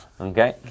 Okay